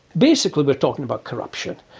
basically we're talking about corruption.